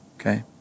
Okay